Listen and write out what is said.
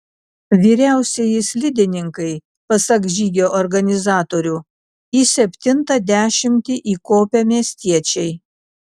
vyriausieji slidininkai pasak žygio organizatorių į septintą dešimtį įkopę miestiečiai